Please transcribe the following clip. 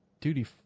Duty